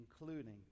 including